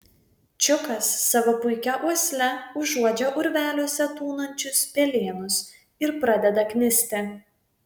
čiukas savo puikia uosle užuodžia urveliuose tūnančius pelėnus ir pradeda knisti